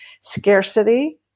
scarcity